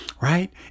right